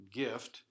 gift